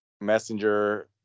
messenger